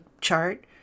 chart